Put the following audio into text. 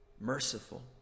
merciful